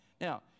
Now